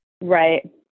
Right